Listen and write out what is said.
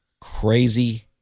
crazy